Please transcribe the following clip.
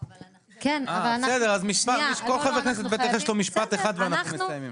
--- לכל חבר כנסת יש משפט אחד ואנחנו מסיימים.